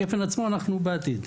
נדון רק בעתיד.